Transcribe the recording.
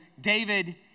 David